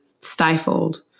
stifled